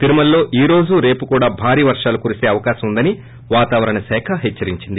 తిరుమలలో ఈ రోజు రేపు కూడా భారీ వర్షాలు కురిసే అవకాశం ఉందని వాతావరణ శాఖ హెచ్చరించింది